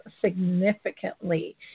significantly